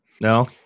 No